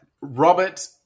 Robert